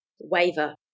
waver